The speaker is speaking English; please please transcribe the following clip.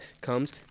comes